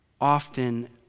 often